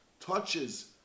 touches